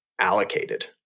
allocated